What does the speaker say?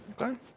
Okay